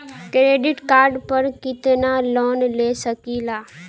Credit card पर कितनालोन ले सकीला?